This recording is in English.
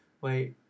Wait